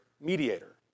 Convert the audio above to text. mediator